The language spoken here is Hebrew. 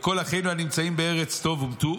וכל אחינו הנמצאים בארץ טוב הומתו,